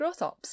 GrowthOps